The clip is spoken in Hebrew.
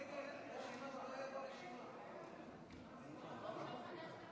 הרגע ראיתי את הרשימה, הוא לא היה ברשימה.